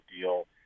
deal